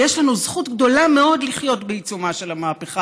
ויש לנו זכות גדולה מאוד לחיות בעיצומה של המהפכה